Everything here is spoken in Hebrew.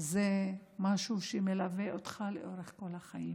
זה משהו שמלווה אותך לאורך כל החיים.